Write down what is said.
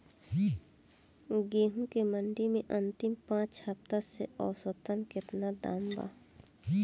गेंहू के मंडी मे अंतिम पाँच हफ्ता से औसतन केतना दाम बा?